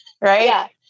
Right